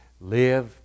live